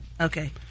Okay